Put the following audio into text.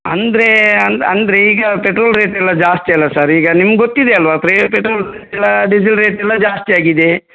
ಅಂದರೆ ಅಂದ ಅಂದರೆ ಈಗ ಪೆಟ್ರೋಲ್ ರೇಟ್ ಎಲ್ಲ ಜಾಸ್ತಿ ಅಲ್ಲ ಸರ್ ಈಗ ನಿಮ್ಗೆ ಗೊತ್ತಿದೆ ಅಲ್ವಾ ಇಲ್ಲ ಡಿಸಿಲ್ ರೇಟ್ ಎಲ್ಲ ಜಾಸ್ತಿ ಆಗಿದೆ